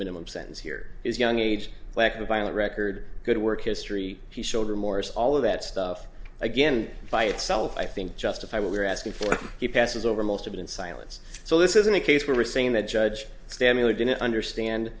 minimum sentence here is young age lack of a violent record good work history he showed remorse all of that stuff again by itself i think justify what we're asking for he passes over most of it in silence so this isn't a case where we're saying that judge stanley didn't understand